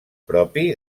propi